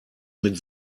mit